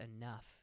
enough